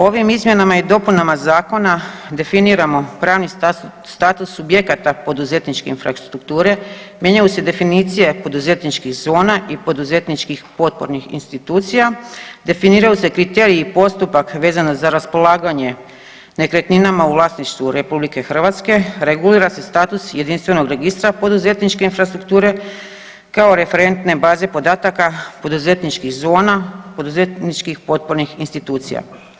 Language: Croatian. Ovim izmjenama i dopunama zakona definiramo pravni status subjekata poduzetničke infrastrukture, mijenjaju se definicije poduzetničkih zona i poduzetničkih potpornih institucija, definiraju se kriteriji, postupak vezano za raspolaganje nekretninama u vlasništvu Republike Hrvatske, regulira se status jedinstvenog registra poduzetničke infrastrukture kao referentne baze podataka poduzetničkih zona, poduzetničkih potpornih institucija.